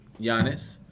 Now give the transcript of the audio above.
Giannis